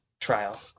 trial